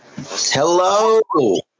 Hello